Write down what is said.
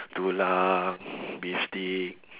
tulang beef steak